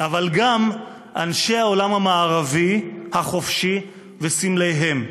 אבל גם אנשי העולם המערבי החופשי וסמליהם.